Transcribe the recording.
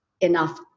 enough